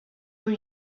were